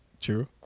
True